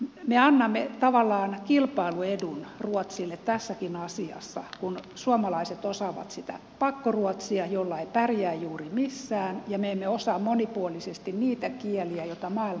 me annamme tavallaan kilpailuedun ruotsille tässäkin asiassa kun suomalaiset osaavat sitä pakkoruotsia jolla ei pärjää juuri missään ja me emme osaa monipuolisesti niitä kieliä joita maailmalla tarvitaan